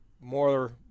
more